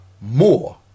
more